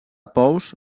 pous